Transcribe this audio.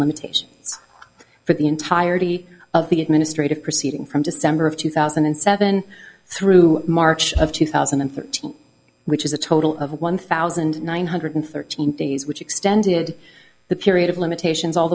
limitation for the entirety of the administrative proceeding from december of two thousand and seven through march of two thousand and thirteen which is a total of one thousand nine hundred thirteen days which extended the period of limitations all